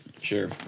Sure